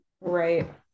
Right